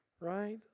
Right